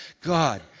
God